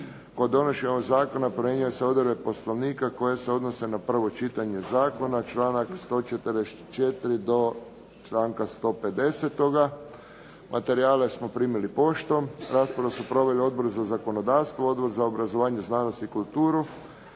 Kod donošenja ovog zakona primjenjuju se odredbe poslovnika koje se odnose na prvo čitanje zakona članak 144. do članka 150. Materijale smo primili poštom. Raspravu su proveli Odbor za zakonodavstvo, Odbor za obrazovanje, znanost i kulturu